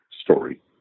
story